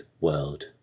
World